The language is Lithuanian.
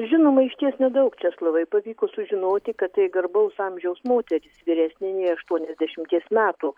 žinoma išties nedaug česlovai pavyko sužinoti kad tai garbaus amžiaus moteris vyresnė nei aštuoniasdešimties metų